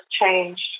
changed